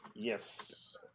Yes